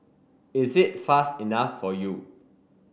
is it fast enough for you